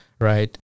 right